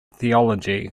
theology